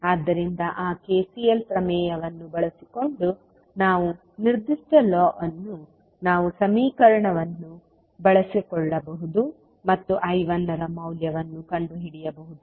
ಆದ್ದರಿಂದ ಆ KCL ಪ್ರಮೇಯವನ್ನು ಬಳಸಿಕೊಂಡು ನಾವು ನಿರ್ದಿಷ್ಟ ಲಾ ಅನ್ನು ನಾವು ಸಮೀಕರಣವನ್ನು ಬಳಸಿಕೊಳ್ಳಬಹುದು ಮತ್ತು I 1 ರ ಮೌಲ್ಯಗಳನ್ನು ಕಂಡುಹಿಡಿಯಬಹುದು